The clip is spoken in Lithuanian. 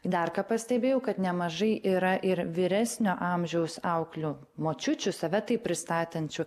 dar ką pastebėjau kad nemažai yra ir vyresnio amžiaus auklių močiučių save taip pristatančių